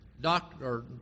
doctor